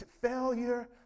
failure